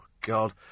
God